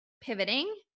pivoting